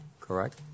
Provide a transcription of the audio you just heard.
correct